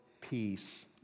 peace